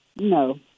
No